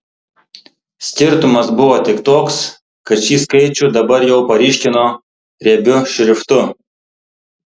skirtumas buvo tik toks kad šį skaičių dabar jau paryškino riebiu šriftu